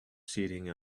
sitting